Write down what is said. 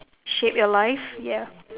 shape your life ya